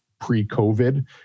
pre-COVID